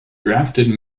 drafted